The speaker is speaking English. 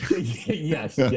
Yes